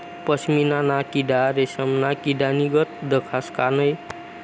पशमीना ना किडा रेशमना किडानीगत दखास का नै